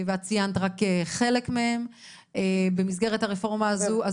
ואת ציינת רק חלק מהם במסגרת הרפורמה הזאת.